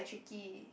chicky